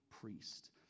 priest